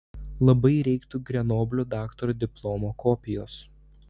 labai reiktų grenoblio daktaro diplomo kopijos